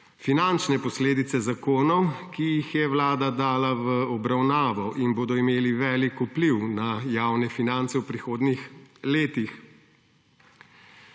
finančne posledice zakonov, ki jih je vlada dala v obravnavo in bodo imeli velik vpliv na javne finance v prihodnjih letih.